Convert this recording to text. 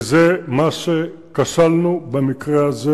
וזה מה שכשלנו בו במקרה הזה.